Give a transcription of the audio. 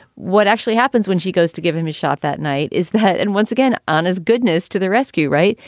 what actually happens when she goes to give him a shot that night is that. and once again, on his goodness to the rescue. right.